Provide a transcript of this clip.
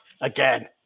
again